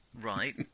Right